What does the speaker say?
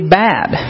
bad